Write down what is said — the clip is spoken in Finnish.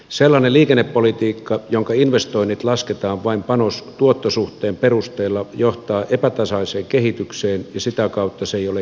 sellainen liikennepolitiikka jonka investoinnit lasketaan vain panostuotto suhteen perusteella johtaa epätasaiseen kehitykseen ja sitä kautta se ei ole kenenkään etu